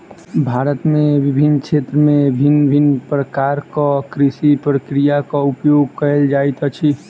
भारत में विभिन्न क्षेत्र में भिन्न भिन्न प्रकारक कृषि प्रक्रियाक उपयोग कएल जाइत अछि